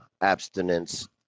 abstinence